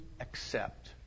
accept